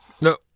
No